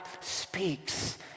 speaks